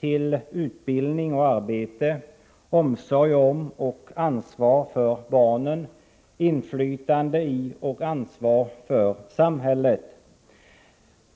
till utbildning och arbete, omsorg om och ansvar för barnen samt inflytande i och ansvar för samhället.